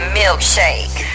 milkshake